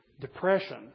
Depression